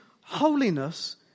holiness